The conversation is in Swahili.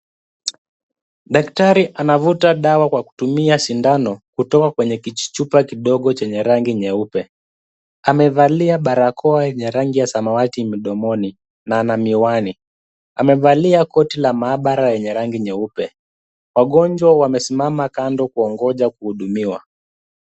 Daktari anavuta dawa kwa kutumia sindano kutoka kwenye kijichupa kidogo chenye rangi nyeupe. Amevalia barakoa yenye rangi nyeupe mdomoni na ana miwani. Amevalia koti la mahabara lenye rangi nyeupe. Wagonjwa wamesimama kando kuwangoja kuhudimiwa.